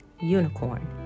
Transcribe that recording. Unicorn